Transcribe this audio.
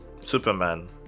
Superman